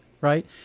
right